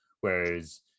Whereas